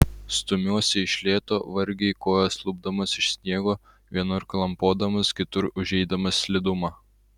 stumiuosi iš lėto vargiai kojas lupdamas iš sniego vienur klampodamas kitur užeidamas slidumą